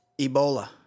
Ebola